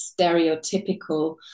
stereotypical